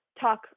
talk